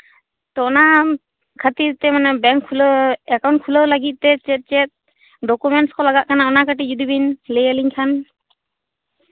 ᱛᱳ ᱚᱱᱟ ᱠᱷᱟᱹᱛᱤᱨᱛᱮ ᱵᱮᱝᱠ ᱠᱷᱩᱞᱟᱹᱣ ᱮᱠᱟᱩᱱᱴ ᱠᱷᱩᱞᱟᱹᱣ ᱞᱟᱹᱜᱤᱫᱛᱮ ᱪᱮᱫ ᱪᱮᱫ ᱰᱚᱠᱳᱢᱮᱱᱴᱥ ᱠᱚ ᱞᱟᱜᱟᱜ ᱠᱟᱱᱟ ᱚᱱᱟ ᱡᱚᱫᱤ ᱠᱟᱹᱴᱤᱡ ᱵᱤᱱ ᱞᱟᱹᱭ ᱤ ᱧ ᱠᱷᱟᱱ